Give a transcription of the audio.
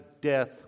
death